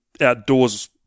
outdoors